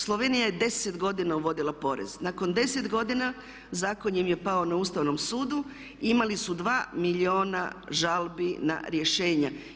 Slovenija je 10 godina uvodila porez, nakon 10 godina zakon im je pao na Ustavnom sudu i imali su 2 milijuna žalbi na rješenja.